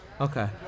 Okay